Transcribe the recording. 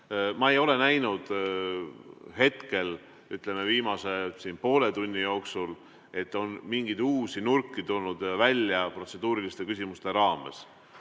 Ma ei ole näinud hetkel, viimase poole tunni jooksul, et oleks mingeid uusi nurki tulnud välja protseduuriliste küsimuste raames.